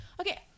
okay